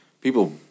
people